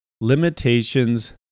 limitations